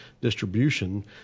distribution